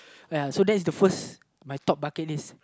oh ya so that's the first my top bucket list